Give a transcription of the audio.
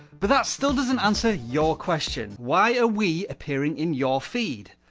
but that still doesn't answer your question. why are we appearing in your feed?